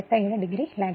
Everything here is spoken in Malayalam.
87 ഡിഗ്രി പിറകോട്ട്